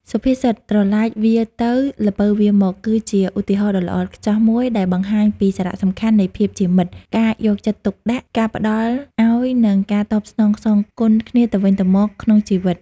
សុភាសិត "ត្រឡាចវារទៅ ល្ពៅវារមក" គឺជាឧទាហរណ៍ដ៏ល្អឥតខ្ចោះមួយដែលបង្ហាញពីសារៈសំខាន់នៃភាពជាមិត្ត ការយកចិត្តទុកដាក់ ការផ្តល់ឲ្យ និងការតបស្នងគុណគ្នាទៅវិញទៅមកក្នុងជីវិត។